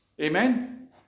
Amen